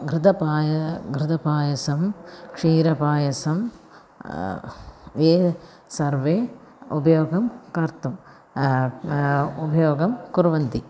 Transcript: घृतपायसं घृतपायसं क्षीरपायसं ये सर्वे उपयोगं कर्तुं उपयोगं कुर्वन्ति